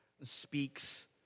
speaks